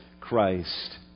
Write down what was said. Christ